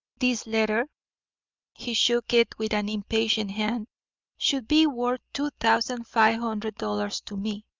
this letter he shook it with an impatient hand should be worth two thousand five hundred dollars to me.